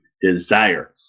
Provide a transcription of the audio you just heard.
desire